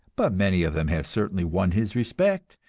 but many of them have certainly won his respect,